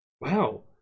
Wow